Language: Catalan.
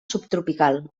subtropical